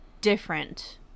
different